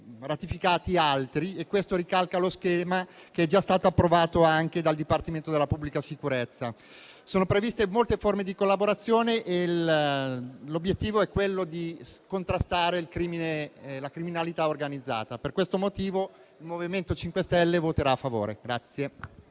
ratificati altri e questo ricalca lo schema che è già stato approvato dal Dipartimento della pubblica sicurezza. Sono previste molte forme di collaborazione; l'obiettivo è quello di contrastare la criminalità organizzata. Per questo motivo il MoVimento 5 Stelle voterà a favore.